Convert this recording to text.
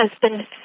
husband